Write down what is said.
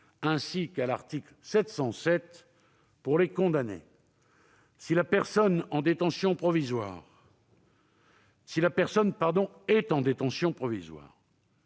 ainsi qu'à l'article 707 pour les condamnés. Si la personne est en détention provisoire,